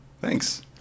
thanks